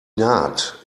naht